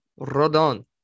Rodon